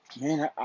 Man